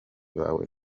bawe